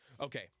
Okay